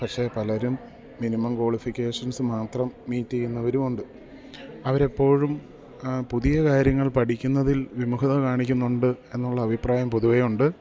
പക്ഷേ പലരും minimum qualifications മാത്രം മീറ്റ് ചെയ്യുന്നവരുമുണ്ട് അവരെപ്പോഴും പുതിയ കാര്യങ്ങൾ പഠിക്കുന്നതിൽ വിമുഖത കാണിക്കുന്നുണ്ട് എന്നുള്ള അഭിപ്രായം പൊതുവേ ഉണ്ട്